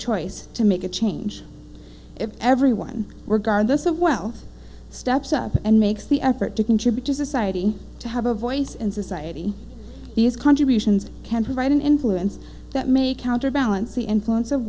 choice to make a change if everyone were gar this of wealth steps up and makes the effort to contribute to society to have a voice in society these contributions can provide an influence that may counterbalance the influence of